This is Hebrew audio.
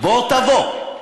בוא תבוא,